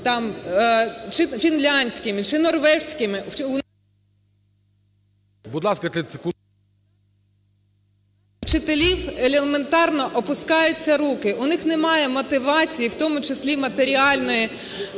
вчителів елементарно опускаються руки, у них немає мотивації в тому числі матеріальної